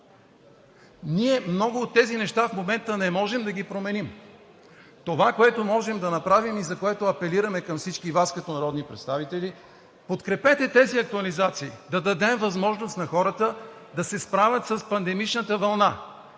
Много от тези неща в момента не можем да ги променим. Това, което можем да направим и за което апелираме към всички Вас като народни представители, подкрепете тези актуализации, да дадем възможност на хората да се справят с пандемичната вълна.